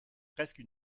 presque